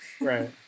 right